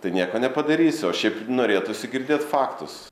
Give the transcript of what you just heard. tai nieko nepadarysi o šiaip norėtųsi girdėt faktus